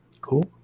cool